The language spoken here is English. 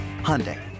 Hyundai